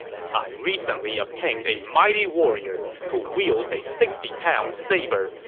i recently obtained a mighty warrior who wields a sixty pound saber,